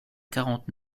quarante